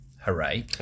hooray